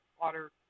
water